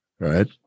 Right